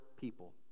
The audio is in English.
people